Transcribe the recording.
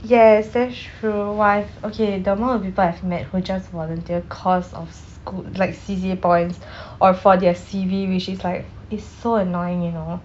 yes that's true !wah! okay the amount of people I've met who just volunteer cause of school like C_C_A points or for their C_V which is like it's so annoying you know